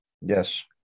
Yes